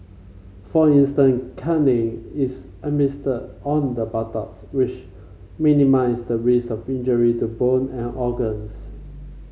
for instance caning is administered on the buttocks which minimise the risk of injury to bone and organs